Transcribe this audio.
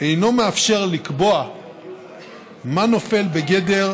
אינו מאפשר לקבוע מה נופל בגדר,